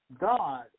God